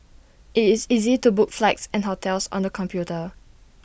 IT is easy to book flights and hotels on the computer